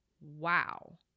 wow